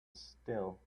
still